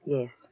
Yes